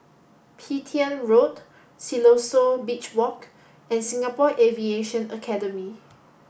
Petain Road Siloso Beach Walk and Singapore Aviation Academy